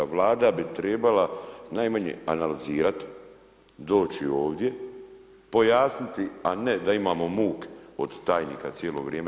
Vlada bi trebala najmanje analizirati, doći ovdje, pojasniti, a ne da imamo muk od tajnika cijelo vrijeme.